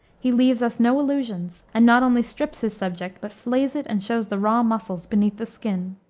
he leaves us no illusions, and not only strips his subject, but flays it and shows the raw muscles beneath the skin.